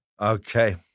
Okay